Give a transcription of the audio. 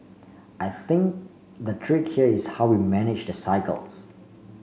I think the trick is how we manage the cycles